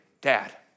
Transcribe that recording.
dad